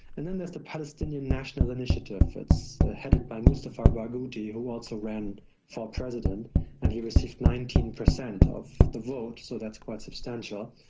and then there's the palestinian national initiative. it's headed by mustafa barghouti, who also ran for president and he received nineteen per cent of the vote, so that's quite substantial.